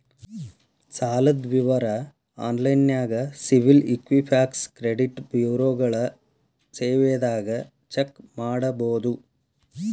ಸಾಲದ್ ವಿವರ ಆನ್ಲೈನ್ಯಾಗ ಸಿಬಿಲ್ ಇಕ್ವಿಫ್ಯಾಕ್ಸ್ ಕ್ರೆಡಿಟ್ ಬ್ಯುರೋಗಳ ಸೇವೆದಾಗ ಚೆಕ್ ಮಾಡಬೋದು